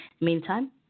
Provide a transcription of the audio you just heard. meantime